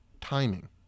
timing